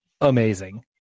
amazing